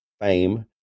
fame